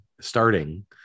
starting